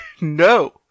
No